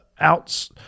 outs